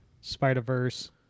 Spider-Verse